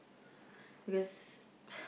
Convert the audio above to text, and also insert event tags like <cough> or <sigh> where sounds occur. because <laughs>